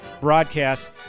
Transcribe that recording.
Broadcast